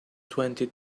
twenty